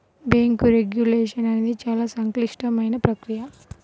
bank regulation అనేది చాలా సంక్లిష్టమైన ప్రక్రియ